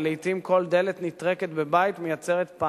ולעתים כל דלת נטרקת בבית מייצרת פניקה.